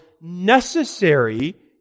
necessary